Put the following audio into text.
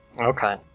Okay